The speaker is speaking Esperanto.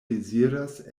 deziras